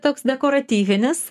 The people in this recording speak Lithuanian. toks dekoratyvinis